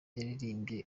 yaririmbye